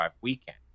weekend